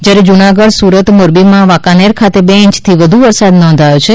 જયારે જુનાગઢ સુરત મોરબીમાં વાંકાનેર ખાતે બે ઇંચથી વધુ વરસાદ નોંધાયો છે